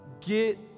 Get